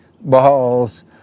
balls